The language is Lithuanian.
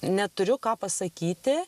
neturiu ką pasakyti